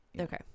Okay